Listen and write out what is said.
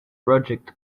project